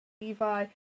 Levi